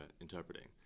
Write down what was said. interpreting